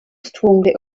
strongly